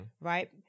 right